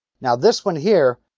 now this one here,